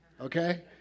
okay